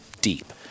deep